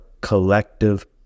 collective